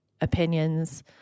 opinions